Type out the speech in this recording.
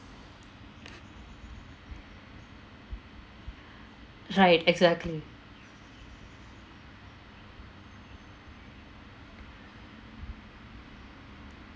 right exactly